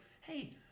hey